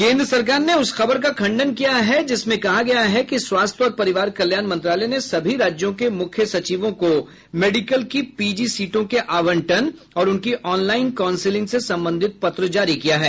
केन्द्र सरकार ने उस खबर का खण्डन किया है जिसमें कहा गया है कि स्वास्थ्य और परिवार कल्याण मंत्रालय ने सभी राज्यों के मुख्य सचिवों को मेडिकल की पीजी सीटों के आवंटन और उनकी ऑनलाइन काउंसलिंग से संबंधित पत्र जारी किया है